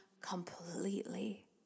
completely